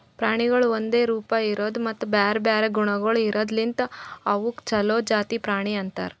ಪ್ರಾಣಿಗೊಳ್ ಒಂದೆ ರೂಪ, ಇರದು ಮತ್ತ ಬ್ಯಾರೆ ಬ್ಯಾರೆ ಗುಣಗೊಳ್ ಇರದ್ ಲಿಂತ್ ಅವುಕ್ ಛಲೋ ಜಾತಿ ಪ್ರಾಣಿ ಅಂತರ್